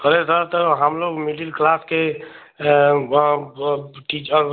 अरे सर तो हम लोग मिडिल क्लास के टीचर वो